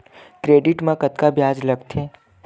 Credit मा कतका ब्याज लगथे?